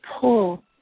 pull